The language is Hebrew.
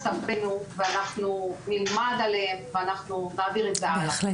סבינו ואנחנו נלמד עליהם ואנחנו נעביר את זה הלאה,